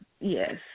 yes